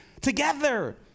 together